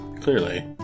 Clearly